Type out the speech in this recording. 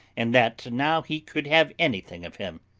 and that now he could have anything of him.